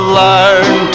learn